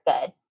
good